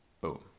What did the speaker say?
Boom